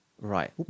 Right